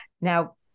Now